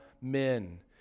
men